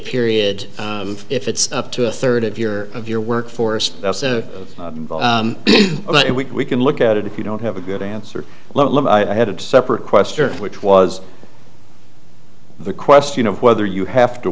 period if it's up to a third of your of your workforce we can look at it if you don't have a good answer i had a separate question which was the question of whether you have to